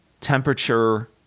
temperature